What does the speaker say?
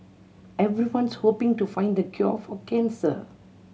everyone's hoping to find the cure for cancer